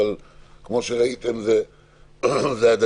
אבל כמו שראיתם זה הדדי.